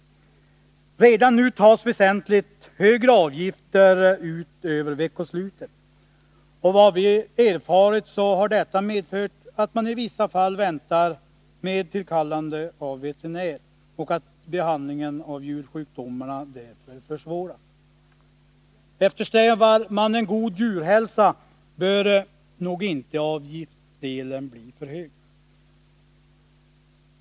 Redan nu tas väsentligt högre avgifter ut över veckosluten. Enligt vad vi erfarit har detta medfört att man i vissa fall väntar med tillkallande av veterinär och att behandlingen av djursjukdomarna därför försvåras. Eftersträvar man en god djurhälsa, bör nog inte avgifterna bli för höga.